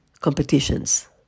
competitions